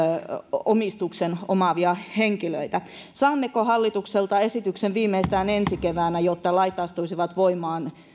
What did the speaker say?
omistuksen omaavat henkilöt saammeko hallitukselta esityksen viimeistään ensi keväänä jotta lait astuisivat voimaan